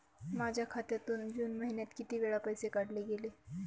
माझ्या खात्यातून जून महिन्यात किती वेळा पैसे काढले गेले?